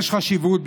יש חשיבות,